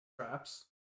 traps